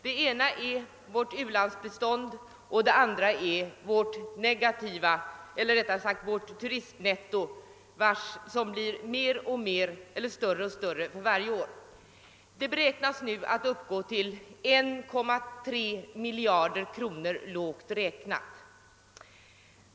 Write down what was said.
Det ena är vårt u-landsbistånd, det andra är vårt negativa turistnetto, som blir större och större för varje år. Det beräknas nu uppgå till 1,3 miljarder kronor, lågt räknat.